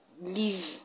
leave